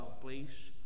please